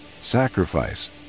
sacrifice